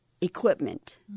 equipment